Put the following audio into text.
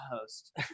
host